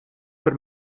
for